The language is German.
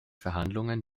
verhandlungen